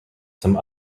some